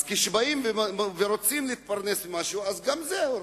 אז כשבאים ורוצים להתפרנס ממשהו, גם את זה הורסים.